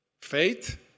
Faith